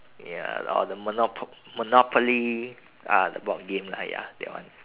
ya or the monopo~ monopoly ah the board game lah ya that one